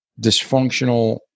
dysfunctional